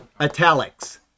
italics